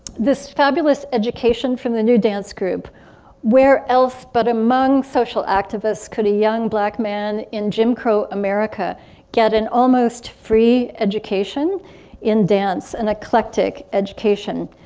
this fabulous education from the new dance group where else but among social activists could a young black man in jim crow america get an almost free education in dance, an eclectic education.